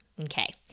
okay